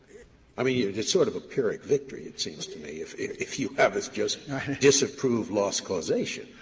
i mean, it's sort of a pyrrhic victory, it seems to me, if if you haven't just disapproved loss causation.